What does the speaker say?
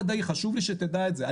חשוב לי שתדע את זה.